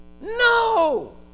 No